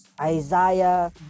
Isaiah